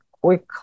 quick